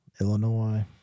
Illinois